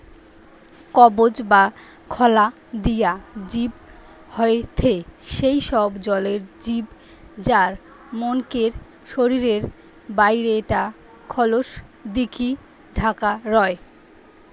কবচ বা খলা দিয়া জিব হয়থে সেই সব জলের জিব যার মনকের শরীরের বাইরে টা খলস দিকি ঢাকা রয়